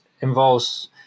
Involves